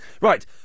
Right